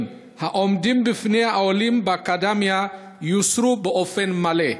העומדים בפני העולים באקדמיה יוסרו באופן מלא.